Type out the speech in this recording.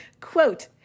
Quote